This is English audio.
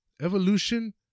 Evolution